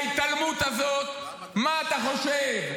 מה אתה חושב?